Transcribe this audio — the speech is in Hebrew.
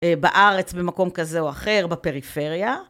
בארץ במקום כזה או אחר בפריפריה.